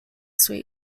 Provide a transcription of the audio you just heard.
suite